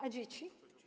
A dzieci?